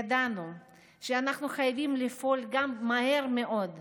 ידע שאנחנו חייבים לפעול מהר מאוד,